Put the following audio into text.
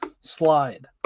slide